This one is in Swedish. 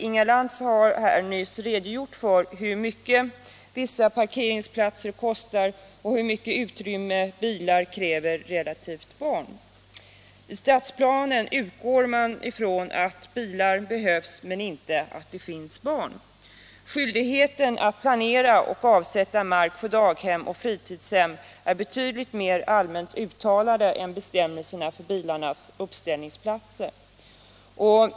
Inga Lantz har nyss redogjort för hur mycket parkeringsplatserna kostar och hur stort utrymme bilar kräver relativt barn. I stadsplanerna utgår man från att bilar behövs men inte från att det finns barn. Skyldigheten att planera och avsätta mark för daghem och fritidshem är betydligt mer allmänt formulerad än bestämmelserna om bilarnas uppställningsplatser.